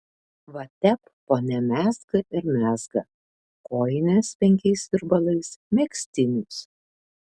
va tep ponia mezga ir mezga kojines penkiais virbalais megztinius